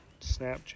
Snapchat